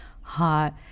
hot